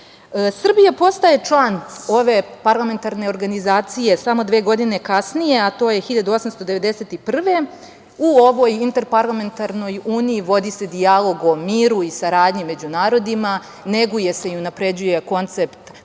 postaje član ove parlamentarne organizacije samo dve godine kasnije, a to je 1891. godine. U ovoj Interparlamentarnoj uniji vodi se dijalog o miru i saradnji među narodima, neguje se i unapređuje koncept predstavničke